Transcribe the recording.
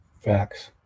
Facts